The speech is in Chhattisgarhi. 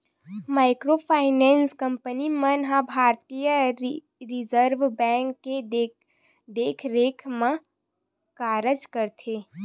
माइक्रो फायनेंस कंपनी मन ह भारतीय रिजर्व बेंक के देखरेख म कारज करथे